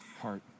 heart